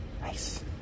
Nice